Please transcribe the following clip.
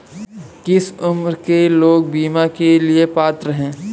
किस उम्र के लोग बीमा के लिए पात्र हैं?